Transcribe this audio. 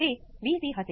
આ શુ છે